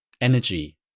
energy